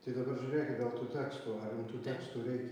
tai dabar žiūrėkit dėl tų tekstų ar jum tų tekstų reikia